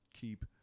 keep